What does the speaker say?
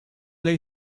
lay